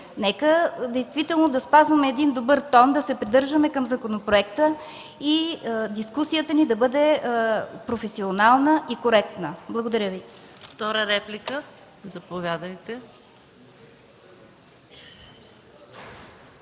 да спазваме добър тон, да се придържаме към законопроекта и дискусията ни да бъде професионална и коректна. Благодаря.